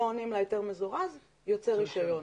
לא עונים להיתר המזורז, יוצא רישיון.